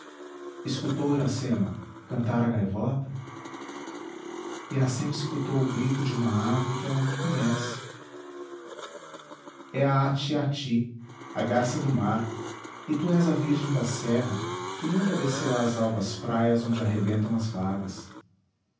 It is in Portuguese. escutou iracema cantar a gaivota iracema escutou o grito de uma ave que ela não conhece é a atiati a garça do mar e tu és a virgem da serra que nunca desceu às alvas praias onde arrebentam as vagas